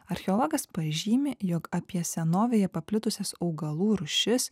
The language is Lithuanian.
archeologas pažymi jog apie senovėje paplitusias augalų rūšis